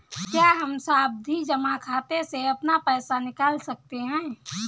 क्या हम सावधि जमा खाते से अपना पैसा निकाल सकते हैं?